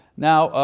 now,